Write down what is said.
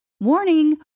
warning